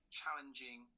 challenging